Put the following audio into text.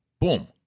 Boom